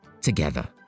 together